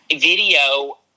video